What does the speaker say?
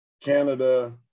Canada